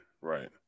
right